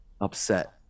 upset